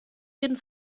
jeden